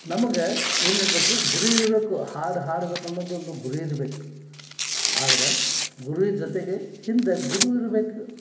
ನಮ್ಗೆ ಏನು ಇರಬೇಕು ಗುರಿ ಇರಬೇಕು ಹಾಡು ಹಾಡ್ಬೇಕು ಅನ್ನೊದೊಂದು ಗುರಿ ಇರಬೇಕು ಆದ್ರೆ ಗುರಿ ಜೊತೆಗೆ ಹಿಂದೆ ಗುರು ಇರ್ಬೇಕು